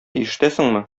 ишетәсеңме